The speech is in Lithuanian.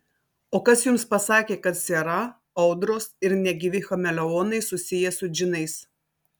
o kas jums pasakė kad siera audros ir negyvi chameleonai susiję su džinais